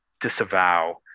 disavow